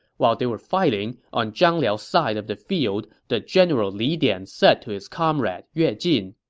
while they were fighting, on zhang liao's side of the field, the general li dian said to his comrade yue jin,